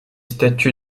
statues